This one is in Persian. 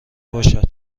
باشد